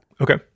Okay